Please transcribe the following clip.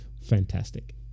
fantastic